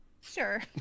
sure